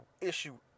issue